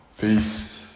Peace